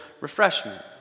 refreshment